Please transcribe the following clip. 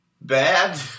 bad